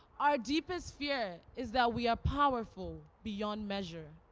our deepest fear is that we are powerful beyond measure.